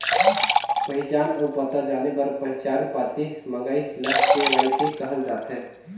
पहिचान अउ पता जाने बर पहिचान पाती मंगई ल के.वाई.सी कहल जाथे